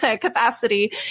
capacity